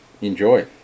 enjoy